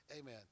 Amen